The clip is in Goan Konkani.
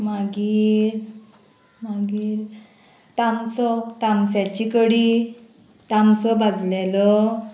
मागीर मागीर तामसो तामस्याची कडी तामसो भाजलेलो